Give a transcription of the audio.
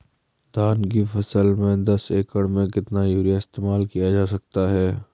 धान की फसल में दस एकड़ में कितना यूरिया इस्तेमाल किया जा सकता है?